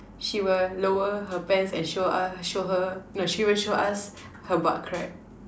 she will lower her pants and show us show her no she will show us her butt crack